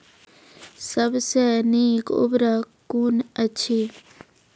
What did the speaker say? सबसे नीक उर्वरक कून अछि?